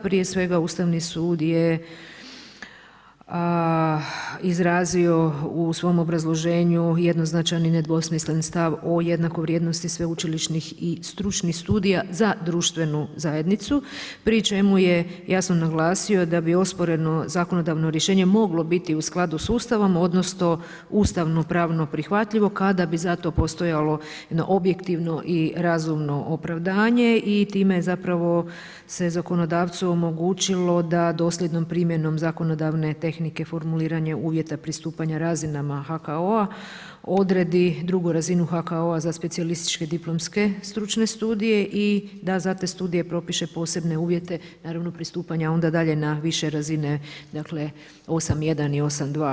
Prije svega Ustavni sud je izrazio u svom obrazloženju jednoznačni i nedvosmislen stav o jednakoj vrijednosti sveučilišnih i stručnih studija za društvenu zajednicu pri čemu je jasno naglasio da bi osporeno zakonodavno rješenje moglo biti u skladu s Ustavom odnosno ustavnopravno prihvatljivo kada bi za to postojalo jedno objektivno i razumno opravdanje i time zapravo se zakonodavcu omogućilo da dosljednom primjenom zakonodavne tehnike formuliranja uvjeta pristupanja razinama HKO-a odredi drugu razinu HKO-a za specijalističke diplomske stručne studije i za te studije propiše posebne uvjete naravno pristupanja onda na više razine dakle 8.1. i 8.2.